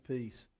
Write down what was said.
Peace